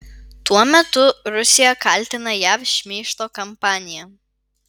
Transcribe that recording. tuo metu rusija kaltina jav šmeižto kampanija